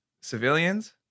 Civilians